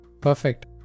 Perfect